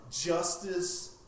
justice